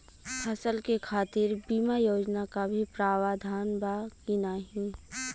फसल के खातीर बिमा योजना क भी प्रवाधान बा की नाही?